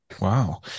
Wow